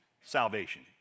salvation